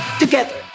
together